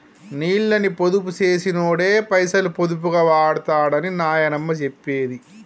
నీళ్ళని పొదుపు చేసినోడే పైసలు పొదుపుగా వాడుతడని నాయనమ్మ చెప్పేది